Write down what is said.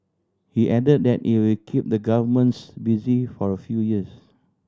he added that it will keep the governments busy for a few years